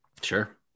Sure